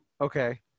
Okay